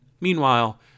Meanwhile